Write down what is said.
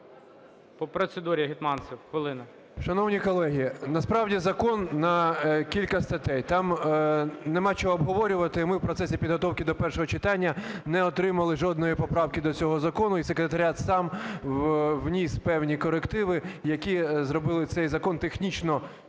По процедурі Гетманцев, хвилина. 10:52:41 ГЕТМАНЦЕВ Д.О. Шановні колеги, насправді, закон на кілька статей, там нема чого обговорювати, і ми в процесі підготовки до першого читання не отримали жодної поправки до цього закону, і секретаріат сам вніс певні корективи, які зробили цей закон технічно якіснішим.